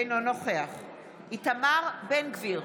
אינו נוכח איתמר בן גביר,